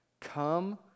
come